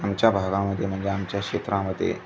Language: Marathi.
आमच्या भागामध्ये म्हणजे आमच्या क्षेत्रामध्ये